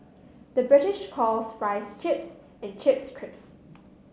the British calls fries chips and chips crisps